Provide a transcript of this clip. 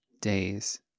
days